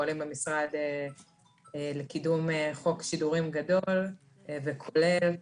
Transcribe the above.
אנחנו פועלים במשרד לקידום חוק שידורים גדול וכולל,